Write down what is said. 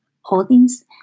holdings